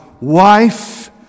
wife